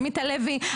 עמית הלוי,